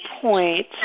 point